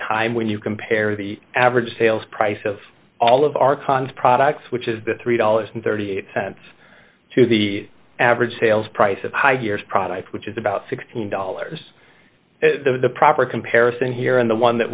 time when you compare the average sales price of all of our con's products which is the three dollars thirty eight cents to the average sales price of high years product which is about sixteen dollars the proper comparison here in the one that